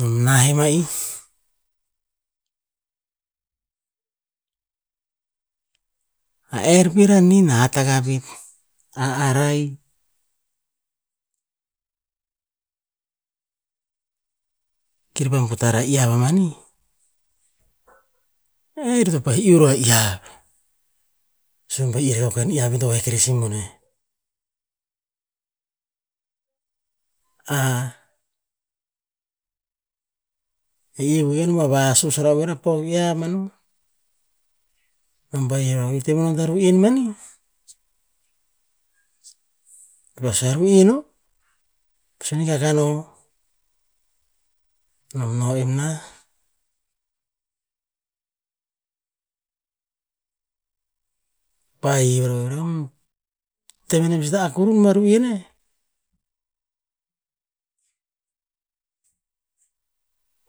Nom nah nem a'ih, a er pir a nina hat agakuk, a arai, kir pa butar iyav a mani, e ror to pa'eh iuh ror a iyav, i rakah si o ken iyav ir to vahek rakah si boneh. e ih keveh nom to vasus ra oer o pok iyav manu, nom pa hiv ra oer, to teh menem a vu'en mani, kir pa sue, "a ru'en nom", ko pa sue, "ningar ka noh". Nom no en nah, pa hiv ra oer, teh menem sa, "a kurum pa ru'en eh",